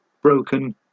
broken